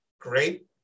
great